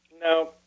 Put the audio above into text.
No